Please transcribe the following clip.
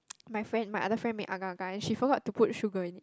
my friend my other friend made agar-agar and she forgot to put sugar in it